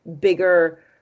bigger